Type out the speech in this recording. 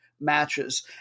Matches